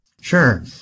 Sure